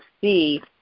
see